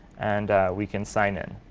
and we can sign in.